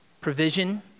provision